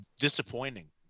disappointing